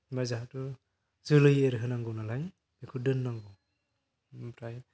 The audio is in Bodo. ओमफाय जेहुथ' जोलै एरहोनांगौ नालाय बेखौ दोननांगौ ओमफ्राय